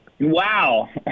Wow